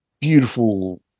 beautiful